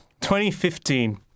2015